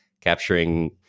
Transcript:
capturing